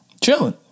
Chilling